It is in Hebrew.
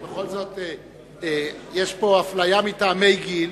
בכל זאת יש פה הפליה מטעמי גיל.